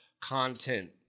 content